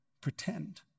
pretend